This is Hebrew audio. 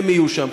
הם יהיו שם,